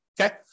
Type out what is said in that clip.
Okay